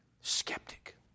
Skeptic